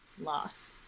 loss